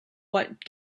what